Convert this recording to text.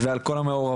ועל כל המעורבות.